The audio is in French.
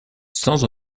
sans